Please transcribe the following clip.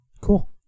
Cool